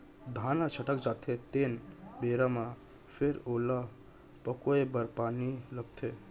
धान ह छटक जाथे तेन बेरा म फेर ओला पकोए बर पानी लागथे